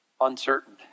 uncertain